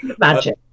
magic